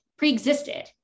preexisted